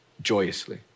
joyously